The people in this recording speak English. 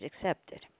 accepted